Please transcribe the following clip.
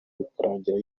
bikarangira